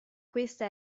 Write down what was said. questa